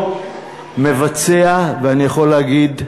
מבצע, ואני יכול להגיד,